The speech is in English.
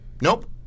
Nope